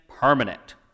permanent